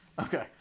Okay